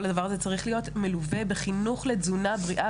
כל הדבר הזה צריך להיות מלווה בחינוך לתזונה בריאה